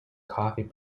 coffee